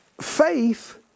faith